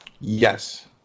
Yes